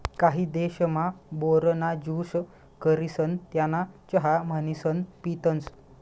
काही देशमा, बोर ना ज्यूस करिसन त्याना चहा म्हणीसन पितसं